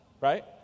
right